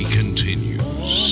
continues